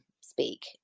speak